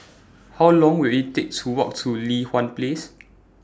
How Long Will IT Take to Walk to Li Hwan Place